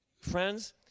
friends